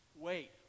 Wait